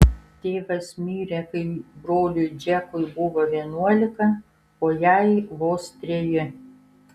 tėvas mirė kai broliui džekui buvo vienuolika o jai vos treji